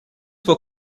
for